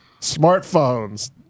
smartphones